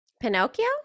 Pinocchio